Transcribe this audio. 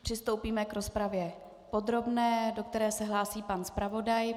Přistoupíme k rozpravě podrobné, do které se hlásí pan zpravodaj.